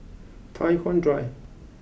Tai Hwan Drive